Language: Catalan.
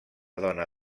dona